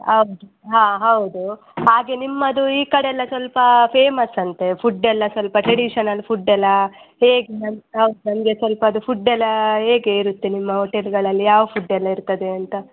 ಹೌದು ಹಾಂ ಹೌದು ಹಾಗೆ ನಿಮ್ಮದು ಈ ಕಡೆ ಎಲ್ಲ ಸ್ವಲ್ಪ ಫೇಮಸ್ ಅಂತೆ ಫುಡ್ಡೆಲ್ಲ ಸ್ವಲ್ಪ ಟ್ರೆಡಿಷನಲ್ ಫುಡ್ಡೆಲ್ಲ ಹೇಗೆ ನನ್ನ ಹೌದು ನನಗೆ ಸ್ವಲ್ಪ ಅದು ಫುಡ್ಡೆಲ್ಲ ಹೇಗೆ ಇರುತ್ತೆ ನಿಮ್ಮ ಹೋಟೆಲ್ಗಳಲ್ಲಿ ಯಾವ ಫುಡ್ಡೆಲ್ಲ ಇರ್ತದೆ ಅಂತ